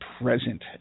present